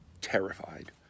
terrified